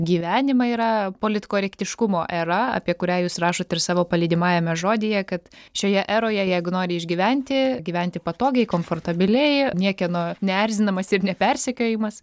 gyvenimą yra politkorektiškumo era apie kurią jūs rašot ir savo palydimajame žodyje kad šioje eroje jeigu nori išgyventi gyventi patogiai komfortabiliai niekieno neerzinamas ir nepersekiojamas